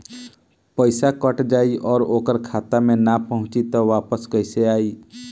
पईसा कट जाई और ओकर खाता मे ना पहुंची त वापस कैसे आई?